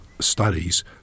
studies